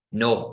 no